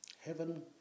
heaven